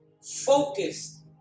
focused